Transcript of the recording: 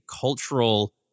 cultural